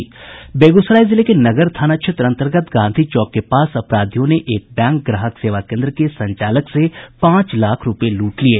बेगूसराय जिले के नगर थाना क्षेत्र अन्तर्गत गांधी चौक के पास अपराधियों ने एक बैंक ग्राहक सेवा केन्द्र के संचालक से पांच लाख रूपये लूट लिये